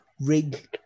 Rig